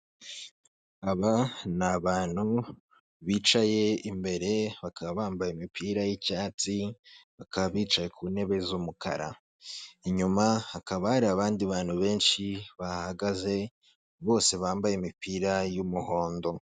Aba ni abantu bicaye imbere bakaba bambaye imipira y'icyatsi, bakaba bicaye ku ntebe z'umukara, inyuma hakaba hari abandi bantu benshi bahagaze bose bambaye imipira y'umuhondo.